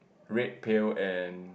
red pail and